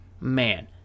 Man